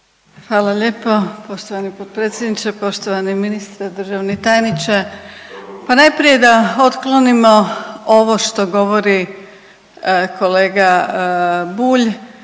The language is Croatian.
Hvala lijepo. Poštovani potpredsjedniče, poštovani ministre, državni tajniče. Pa najprije da otklonimo ovo što govori kolega Bulj,